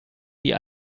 die